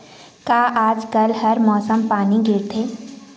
का आज कल हर मौसम पानी गिरथे?